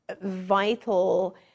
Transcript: vital